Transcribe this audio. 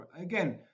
again –